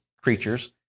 creatures